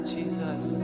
Jesus